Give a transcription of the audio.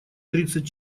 тридцать